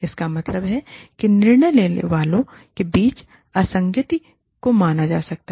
इसका मतलब है कि निर्णय लेने वालों के बीच असंगति को माना जा सकता है